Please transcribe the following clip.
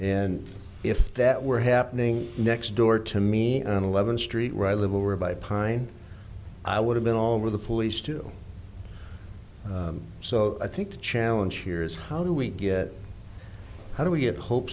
and if that were happening next door to me on eleven street where i live over by pine i would have been all over the police too so i think the challenge here is how do we get how do we get hope